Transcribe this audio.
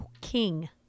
king